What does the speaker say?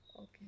Okay